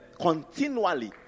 continually